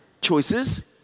choices